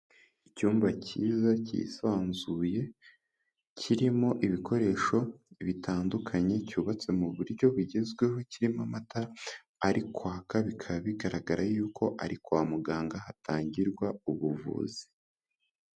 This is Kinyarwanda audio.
Icyumba cyiza cyisanzuye kirimo ibikoresho bitandukanye, cyubatse mu buryo bugezweho, kirimo amata ari kwaka bikaba bigaragara yuko ari kwa muganga hatangirwa ubuvuzi.